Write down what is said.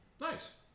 Nice